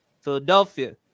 Philadelphia